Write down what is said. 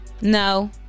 No